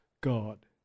God